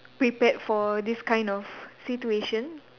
prepared for this kind of situation